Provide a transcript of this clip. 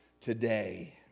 today